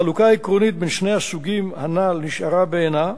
החלוקה העקרונית בין שני הסוגים הנ"ל נשארה בעינה.